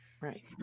Right